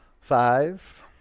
Five